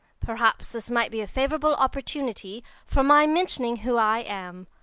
perhaps this might be a favourable opportunity for my mentioning who i am.